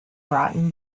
rotten